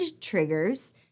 triggers